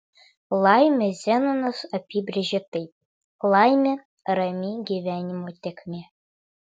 laimę zenonas apibrėžė taip laimė rami gyvenimo tėkmė